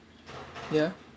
ya